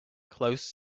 closed